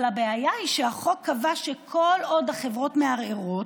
אבל הבעיה היא שהחוק קבע שכל עוד החברות מערערות